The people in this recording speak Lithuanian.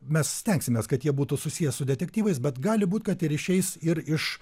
mes stengsimės kad jie būtų susiję su detektyvais bet gali būt kad ir išeis iš